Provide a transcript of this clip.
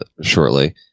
shortly